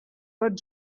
but